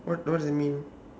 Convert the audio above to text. what what does it mean